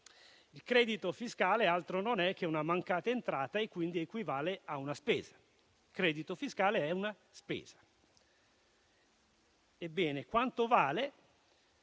il credito fiscale altro non è che una mancata entrata e quindi equivale a una spesa. Il credito fiscale è una spesa. Ebbene, quanto vale?